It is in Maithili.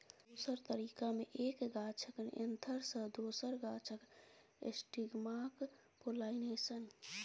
दोसर तरीका मे एक गाछक एन्थर सँ दोसर गाछक स्टिगमाक पोलाइनेशन